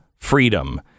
Freedom